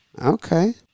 Okay